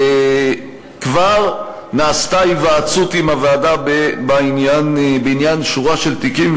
וכבר נעשתה היוועצות עם הוועדה בעניין שורה של תיקים,